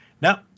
now